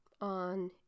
on